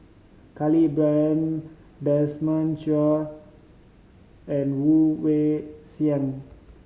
Khalil Ibrahim Desmond Choo and Woon Wah Siang